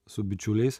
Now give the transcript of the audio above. su bičiuliais